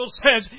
says